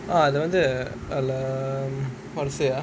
orh அது வந்து:athu vanthu ah um how to say ah